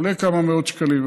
כמה מאות שקלים.